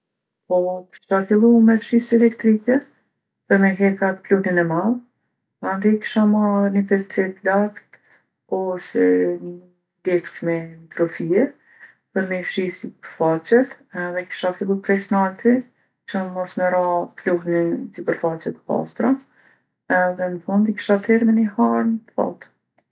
Po kisha fillu me fshisë elektrike për me hek at pluhnin e madh, mandej kisha marrë ni pecetë t'laktë ose leckë me mikrofije për me i fshi sipërfaqet edhe kisha fillu prej s'nalti që mos me ra pluhni n'sipërfaqe t'pastra. Edhe n'fund i kisha terr me ni harn t'thatë.